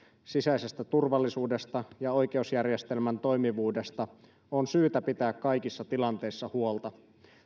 sisäisestä turvallisuudesta ja oikeusjärjestelmän toimivuudesta on syytä pitää kaikissa tilanteissa huolta